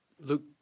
Luke